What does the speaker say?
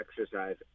exercise